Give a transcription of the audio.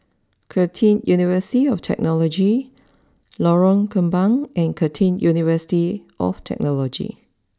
Curtin University of Technology Lorong Kembang and Curtin University of Technology